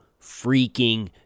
freaking